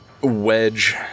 wedge